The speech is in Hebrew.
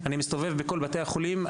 אני מסתובב בבתי החולים,